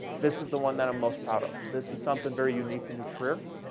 this is the one that i'm most proud of. this is something very unique to new trier,